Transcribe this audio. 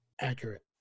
Accurate